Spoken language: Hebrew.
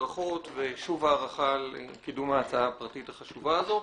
ברכות ושוב הערכה על קידום ההצעה הפרטית החשובה הזאת.